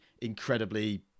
incredibly